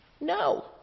No